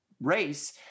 race